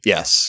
Yes